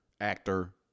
actor